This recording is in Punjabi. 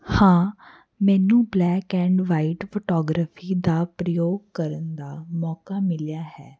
ਹਾਂ ਮੈਨੂੰ ਬਲੈਕ ਐਂਡ ਵਾਈਟ ਫੋਟੋਗਰਾਫੀ ਦਾ ਪ੍ਰਯੋਗ ਕਰਨ ਦਾ ਮੌਕਾ ਮਿਲਿਆ ਹੈ